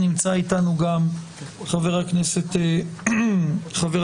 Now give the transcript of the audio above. נמצא איתנו גם חבר הכנסת מקלב.